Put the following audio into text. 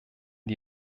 die